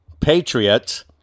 patriots